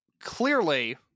clearly